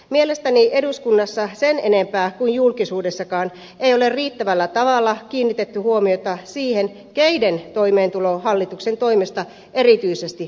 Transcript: mielestäni eduskunnassa sen enempää kuin julkisuudessakaan ei ole riittävällä tavalla kiinnitetty huomiota siihen keiden toimeentulo hallituksen toimesta erityisesti paranee